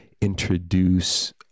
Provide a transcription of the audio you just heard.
introduce